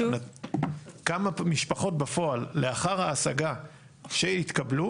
כמה משפחות בפועל לאחר ההשגה שהתקבלו